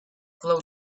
glowed